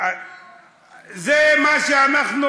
מה זה כבוד המשפחה?